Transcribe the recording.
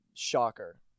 Shocker